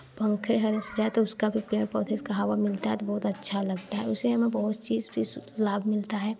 पंखे हड़स जाए तो उसका भी पेड़ पौधे का हवा मिलता है तो बहुत अच्छा लगता है उसे ना बहुत चीज़ भी सु लाभ मिलता है